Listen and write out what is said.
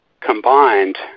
combined